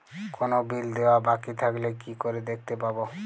কোনো বিল দেওয়া বাকী থাকলে কি করে দেখতে পাবো?